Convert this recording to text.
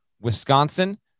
Wisconsin